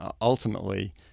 ultimately